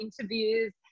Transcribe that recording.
interviews